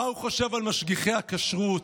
מה הוא חושב על משגיחי הכשרות?